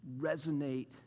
resonate